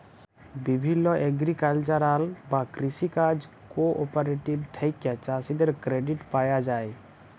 বিভিল্য এগ্রিকালচারাল বা কৃষি কাজ কোঅপারেটিভ থেক্যে চাষীদের ক্রেডিট পায়া যায়